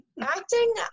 acting